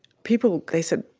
people they said,